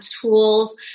tools